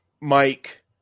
Mike